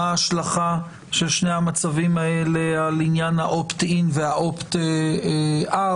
מה ההשלכה של שני המצבים האלה על עניין ה-opt in וה-opt out,